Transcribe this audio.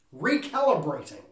recalibrating